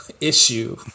issue